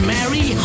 Mary